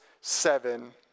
seven